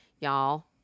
y'all